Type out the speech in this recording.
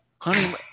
Honey